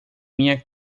minha